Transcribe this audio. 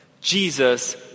Jesus